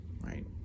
right